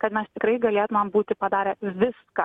kad mes tikrai galėtumėm būti padarę viską